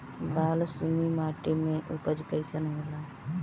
बालसुमी माटी मे उपज कईसन होला?